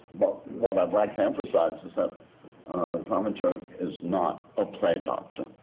but what i'd like to emphasize is that a dramaturg is not a play doctor.